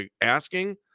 asking